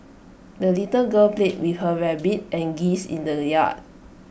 the little girl played with her rabbit and geese in the yard